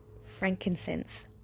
frankincense